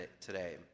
today